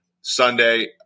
Sunday